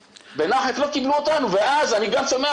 בנחף לא קיבלו אותנו ואז אני גם שומע